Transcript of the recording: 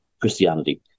christianity